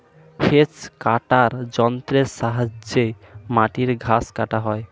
hedge কাটার যন্ত্রের সাহায্যে মাটির ঘাস কাটা হয়